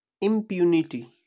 Impunity